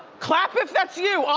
clap if that's you,